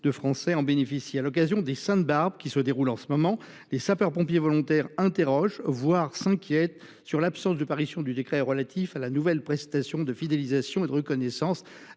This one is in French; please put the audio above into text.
de Français en bénéficient. À l’occasion des fêtes de la Sainte Barbe qui se déroulent en ce moment, les sapeurs pompiers volontaires se posent des questions, voire s’en inquiètent, sur la non parution du décret relatif à la nouvelle prestation de fidélisation et de reconnaissance